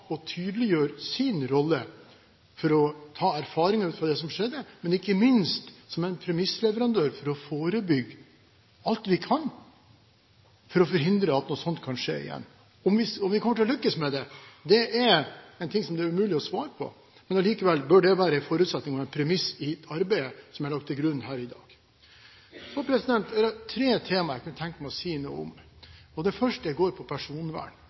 tydeliggjøre sin rolle for å få erfaringer fra det som skjedde, og ikke minst forebygge alt vi kan og forhindre at noe sånt skal skje igjen. Om vi kommer til å lykkes med det, er det umulig å svare på. Likevel bør det være en forutsetning og et premiss i det arbeidet som er lagt til grunn her i dag. Det er tre temaer jeg kunne tenke meg å si noe om. Det første går på personvern.